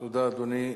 תודה, אדוני.